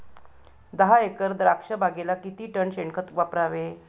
दहा एकर द्राक्षबागेला किती टन शेणखत वापरावे?